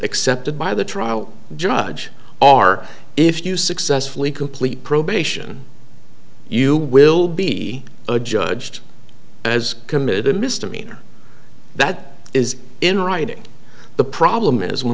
accepted by the trial judge are if you successfully complete probation you will be judged as committed a misdemeanor that is in writing the problem is when